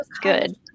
good